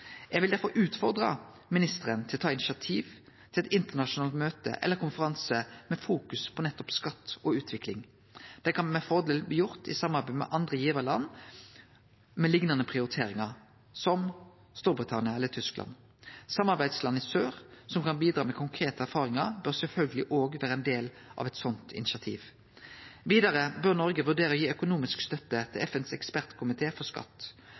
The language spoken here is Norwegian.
Eg vil derfor utfordre utviklingsministeren til å ta initiativ til eit internasjonalt møte eller ein konferanse med fokus på nettopp skatt og utvikling. Det kan med fordel bli gjort i samarbeid med andre givarland med liknande prioriteringar, som Storbritannia eller Tyskland. Samarbeidsland i sør, som kan bidra med konkrete erfaringar, bør sjølvsagt òg vere ein del av eit slikt initiativ. Vidare bør Noreg vurdere å gi økonomisk støtte til FNs ekspertkomité for skatt.